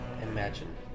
imagine